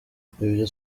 ibyo